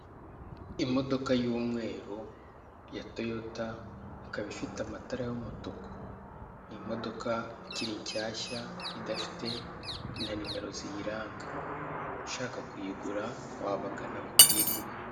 Imodoka y'umweru ya toyota ikaba ifite amatara y'umutuku, ni imodoka ikiri nshyashya idafite na nimero ziyiranga, ushaka kuyigura wabagana bakayiguha.